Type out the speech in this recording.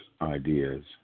ideas